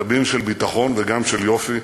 קבין של ביטחון, וגם של יופי.